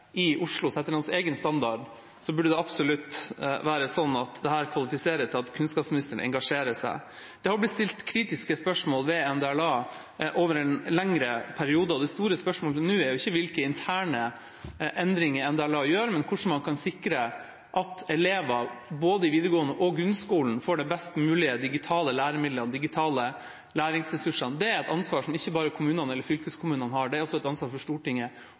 i Oslo. Så etter hans egen standard burde dette absolutt kvalifisere til at kunnskapsministeren engasjerer seg. Det har blitt stilt kritiske spørsmål ved NDLA over en lengre periode. Det store spørsmålet nå er ikke hvilke interne endringer NDLA gjør, men hvordan man kan sikre at elever i både videregående og grunnskolen får de best mulige digitale læremidlene og læringsressursene. Det er et ansvar som ikke bare kommunene eller fylkeskommunene har. Det er også et ansvar for Stortinget